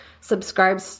subscribe